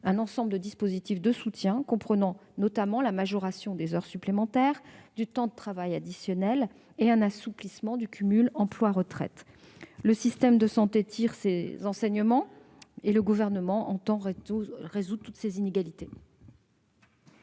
un ensemble de dispositifs de soutien comprenant notamment la majoration des heures supplémentaires, du temps de travail additionnel et un assouplissement du cumul emploi-retraite. Le système de santé tire les enseignements de la crise, et le Gouvernement entend résorber toutes les inégalités